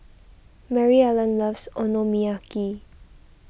Maryellen loves Okonomiyaki